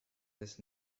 this